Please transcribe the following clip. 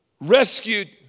rescued